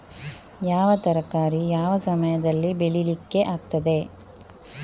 ಯಾವ ತರಕಾರಿ ಯಾವ ಸಮಯದಲ್ಲಿ ಬೆಳಿಲಿಕ್ಕೆ ಆಗ್ತದೆ?